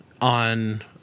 on